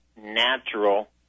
natural